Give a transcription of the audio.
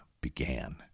began